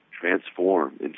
transform